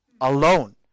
Alone